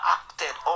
acted